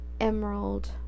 emerald